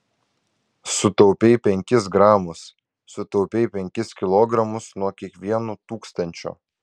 sutaupei penkis gramus sutaupei penkis kilogramus nuo kiekvieno tūkstančio